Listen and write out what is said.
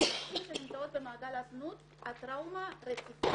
אצל נשים שנמצאות במעגל הזנות הטראומה רציפה